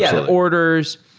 yeah the orders.